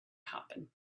happen